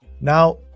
Now